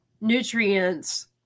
nutrients